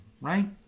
right